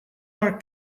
our